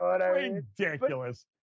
Ridiculous